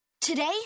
Today